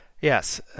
Yes